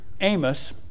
Amos